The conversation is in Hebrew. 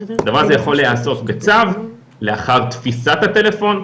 זה יכול להיעשות בצו לאחר תפיסת הטלפון,